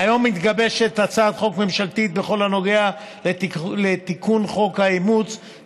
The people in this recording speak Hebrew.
כיום מתגבשת הצעת חוק ממשלתית בכל הנוגע לתיקון חוק האימוץ,